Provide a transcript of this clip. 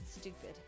stupid